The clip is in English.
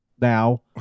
now